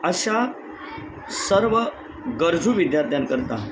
अशा सर्व गरजू विद्यार्थ्यांकरता